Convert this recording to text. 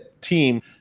team